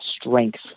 strength